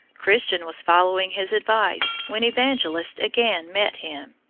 christian was following his advice when evangelist again met him.